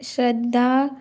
श्रध्दा